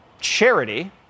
charity